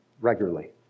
regularly